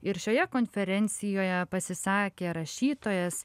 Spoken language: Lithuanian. ir šioje konferencijoje pasisakė rašytojas